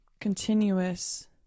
continuous